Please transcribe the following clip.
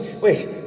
wait